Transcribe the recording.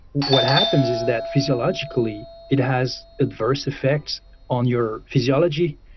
what happens is that physiologically it has adverse effects on your physiology,